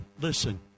listen